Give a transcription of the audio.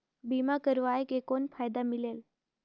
बीमा करवाय के कौन फाइदा मिलेल?